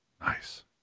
Nice